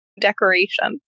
decoration